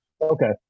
Okay